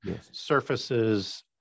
surfaces